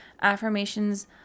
affirmations